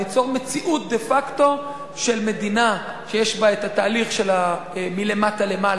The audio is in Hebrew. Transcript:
ליצור מציאות דה-פקטו של מדינה שיש בה תהליך של מלמטה למעלה,